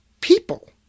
people